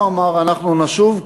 הוא אמר: אנחנו נשוב,